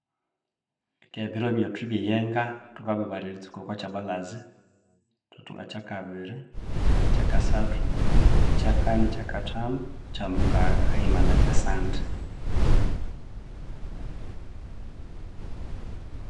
Keghe ebiro byethu ebye yenga thukabira eritsuka okwa kyabalhaza, ethethunga kyakabiri, kyakasathu, kyakani, kyakathanu kya mukagha, haghima na kyasandi.